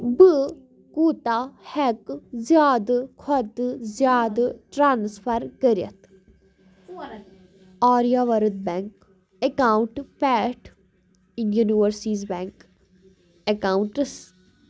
بہٕ کوٗتاہ ہٮ۪کہٕ زِیادٕ کھۄتہٕ زیادٕ ٹرانسفر کٔرِتھ آریاوَرت بٮ۪نٛک اٮ۪کاونٛٹ پٮ۪ٹھ اِنڈین اورسیٖز بٮ۪نٛک اٮ۪کاونٹٕس